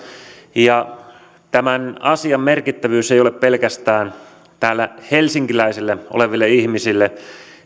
ja tämän asian merkittävyys ei ole pelkästään täällä helsinkiläisille ihmisille